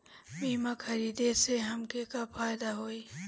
बीमा खरीदे से हमके का फायदा होई?